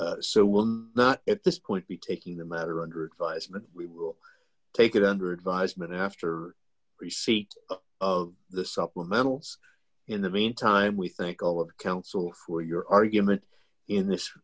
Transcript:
will not at this point be taking the matter under advisement we will take it under advisement after receipt of the supplementals in the meantime we thank all of counsel for your argument in this